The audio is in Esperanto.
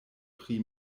pri